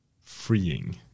freeing